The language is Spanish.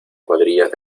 cuadrillas